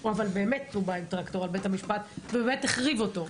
הוא באמת בא עם טרקטור לבית המשפט והחריב אותו,